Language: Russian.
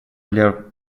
для